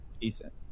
decent